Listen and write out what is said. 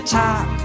top